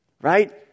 Right